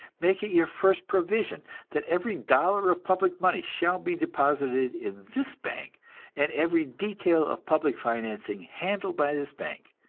make it your first provision that every dollar of public money shall be deposited in this bank and every detail of public financing handled by this bank